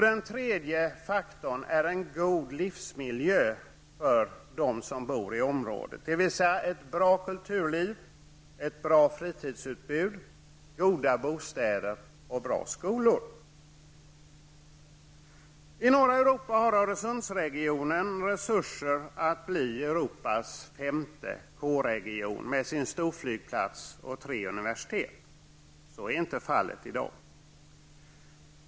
Den tredje faktorn är en god livsmiljö för dem som bor i området, dvs. ett bra kulturliv, ett bra fritidsutbud, goda bostäder och bra skolor. I norra Europa har Öresundsregionen resurser att bli Europas femte K-region med sin storflygplats och sina tre universitet. Så är inte fallet i dag.